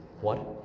What